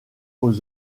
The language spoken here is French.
aux